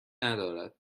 ندارد